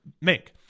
make